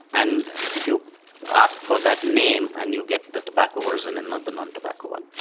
and if you ask for that name and you get the tobacco version and not the non-tobacco one.